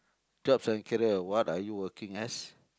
jobs and career what are you working as